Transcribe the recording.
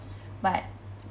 but